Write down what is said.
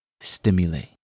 stimulate